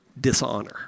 dishonor